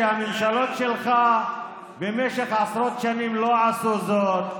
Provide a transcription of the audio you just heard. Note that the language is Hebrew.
שהממשלות שלך במשך עשרות שנים לא עשו זאת,